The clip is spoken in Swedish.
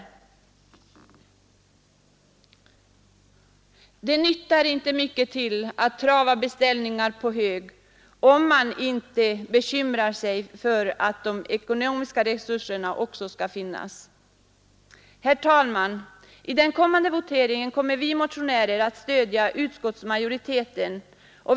Men det nyttar inte mycket till att trava beställningar på hög om man inte bekymrar sig för att de ekonomiska resurserna också skall finnas. Herr talman! I voteringen kommer vi motionärer att stödja utskottsmajoriteten.